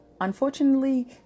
Unfortunately